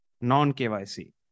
non-KYC